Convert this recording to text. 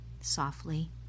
softly